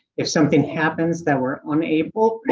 if something happens that we're unable,